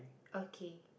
okay